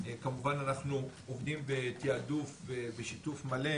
כמובן אנחנו עובדים בתיעדוף בשיתוף מלא